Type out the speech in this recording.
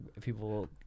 people